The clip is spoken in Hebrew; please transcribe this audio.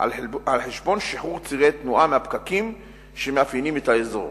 על-חשבון שחרור צירי תנועה מהפקקים שמאפיינים את האזור.